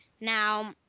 Now